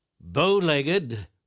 bow-legged